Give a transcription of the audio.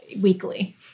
weekly